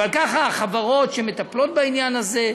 אבל ככה החברות שמטפלות בעניין הזה,